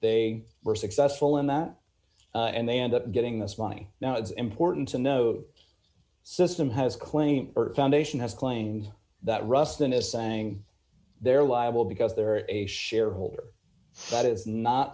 they were successful in that and they end up getting this money now it's important to know the system has claimed her foundation has claimed that ruston is saying they're liable because they're a shareholder that is not